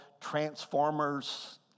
Transformers